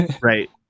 Right